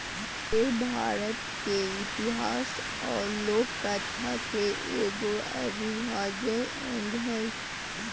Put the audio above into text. पेड़ भारत के इतिहास और लोक कथा के एगो अविभाज्य अंग हइ